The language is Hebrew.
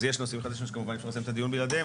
אז יש נושאים חדשים שאי אפשר לסיים את הדיון בלעדיהם,